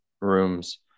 rooms